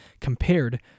compared